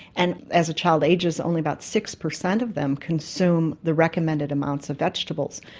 and as a child ages only about six percent of them consume the recommended amounts of vegetables.